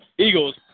Eagles